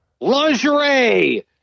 lingerie